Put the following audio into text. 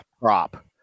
prop